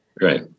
Right